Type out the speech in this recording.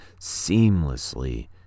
seamlessly